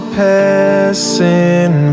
passing